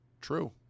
True